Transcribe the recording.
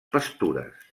pastures